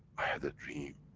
i had a dream,